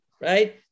Right